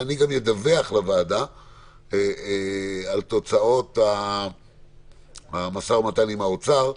ואני גם אדווח לוועדה על תוצאות המשא ומתן עם האוצר,